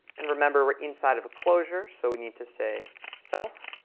and remember, we're inside of a closure, so we need to say self.